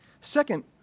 Second